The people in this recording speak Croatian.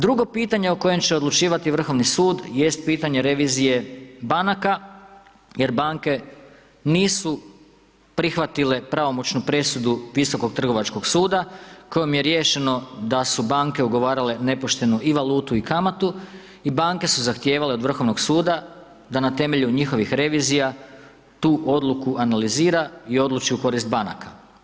Drugo pitanje o kojem će odlučivati Vrhovni sud jest pitanje revizije banaka jer banke nisu prihvatile pravomoćnu presudu Visokog trgovačkog suda kojom je riješeno da su banke ugovarale nepoštenu i valutu i kamatu i banke su zahtijevale od Vrhovnog suda da na temelju njihovih revizija tu odluku analizira i odluči u korist banaka.